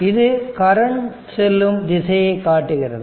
இது கரண்ட் செல்லும் திசையை காட்டுகிறது